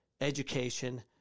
education